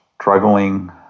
struggling